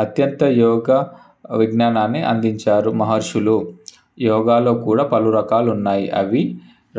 అత్యంత యోగ విజ్ఞాన్ని అందించారు మహర్షులు యోగాలో కూడా పలు రకాలున్నాయి అవి